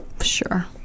Sure